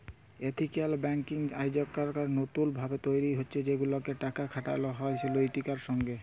ethical banking আইজকাইল লতুল ভাবে তৈরি হছে সেগুলাতে টাকা খাটালো হয় লৈতিকতার সঙ্গে